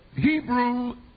Hebrew